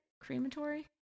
Crematory